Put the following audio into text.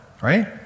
right